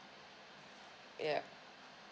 yup